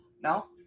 No